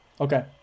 Okay